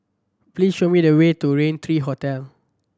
please show me the way to Rain Three Hotel